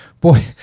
boy